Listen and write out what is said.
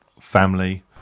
family